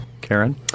Karen